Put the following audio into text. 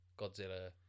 Godzilla